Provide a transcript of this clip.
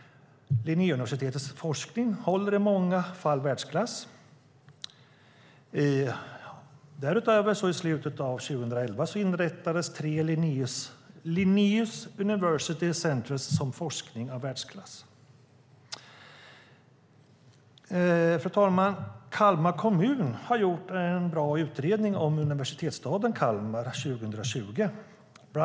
Linnéuniversitetets forskning håller i många fall världsklass. Därutöver inrättades i slutet av 2011 tre Linnaeus University Centres som forskning av världsklass. Fru talman! Kalmar kommun har gjort en bra utredning om universitetsstaden Kalmar 2020.